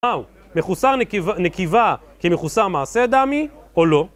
מכוסה נקיבה כמכוסה מעשה דמ היא, או לא?